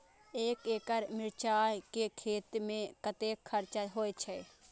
एक एकड़ मिरचाय के खेती में कतेक खर्च होय छै?